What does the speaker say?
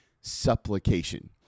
supplication